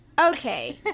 Okay